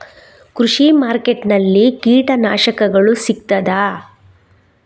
ಕೃಷಿಮಾರ್ಕೆಟ್ ನಲ್ಲಿ ಕೀಟನಾಶಕಗಳು ಸಿಗ್ತದಾ?